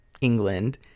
England